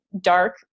dark